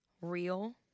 real